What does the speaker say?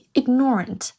ignorant